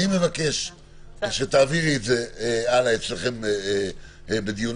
אני מבקש שתעבירי את זה הלאה, אצלכם בדיונים,